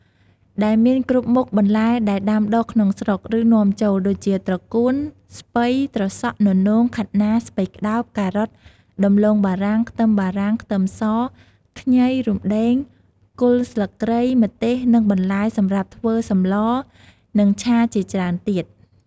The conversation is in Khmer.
ដែលមានគ្រប់មុខបន្លែដែលដាំដុះក្នុងស្រុក ឬនាំចូល ដូចជា ត្រកួន ស្ពៃ ត្រសក់ ននោង ខាត់ណា ស្ពៃក្តោប ការ៉ុត ដំឡូងបារាំង ខ្ទឹមបារាំង ខ្ទឹមស ខ្ញី រំដេង គល់ស្លឹកគ្រៃ ម្ទេស និងបន្លែសម្រាប់ធ្វើសម្លរ និងឆាជាច្រើនទៀត។